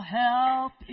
help